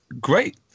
Great